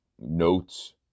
Notes